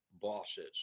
bosses